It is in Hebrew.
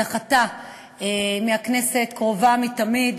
הדחתה מהכנסת קרובה מתמיד,